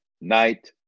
night